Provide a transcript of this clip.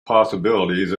possibilities